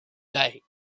day